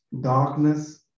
darkness